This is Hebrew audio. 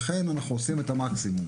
ואנחנו עושים את המקסימום.